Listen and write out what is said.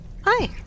Hi